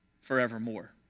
forevermore